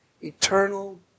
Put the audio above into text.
eternal